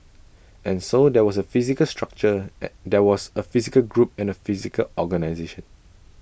and so there was A physical structure at there was A physical group and A physical organisation